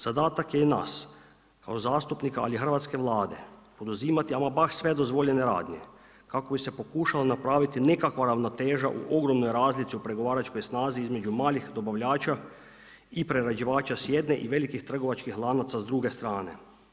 Zadatak je i nas kao zastupnika ali i hrvatske Vlade poduzimati ama baš sve dozvoljene radnje kako bi se pokušala napraviti nekakva ravnoteža u ogromnoj razlici u pregovaračkoj snazi između malih dobavljača i prerađivača s jedne i velikih trgovačkih lanaca s druge strane.